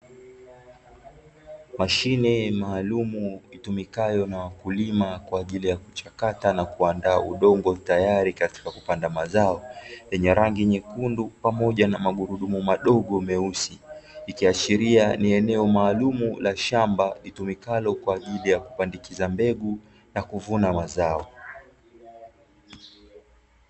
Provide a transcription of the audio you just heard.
Mashine maalumu itumikayo na wakulima kwa ajili ya kuchakata na kuandaa udongo tayari katika kupanda mazao, yenye rangi nyekundu pamoja na magurudumu madogo meusi. Ikiashiria ni eneo maalumu la shamba, litumikalo kwa ajili ya kupandikiza mbegu na kuvuna mazao.